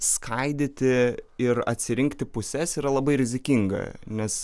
skaidyti ir atsirinkti puses yra labai rizikinga nes